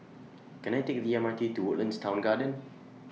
Can I Take The MRT to Woodlands Town Garden